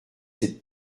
cette